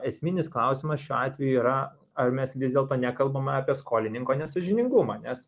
esminis klausimas šiuo atveju yra ar mes vis dėlto nekalbame apie skolininko nesąžiningumą nes